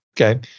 Okay